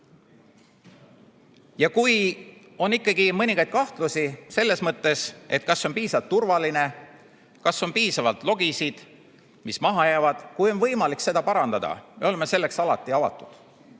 koguti. Kui on mõningaid kahtlusi selles, kas kõik on piisavalt turvaline, kas on piisavalt logisid, mis maha jäävad, siis kui on võimalik seda parandada, me oleme selleks alati avatud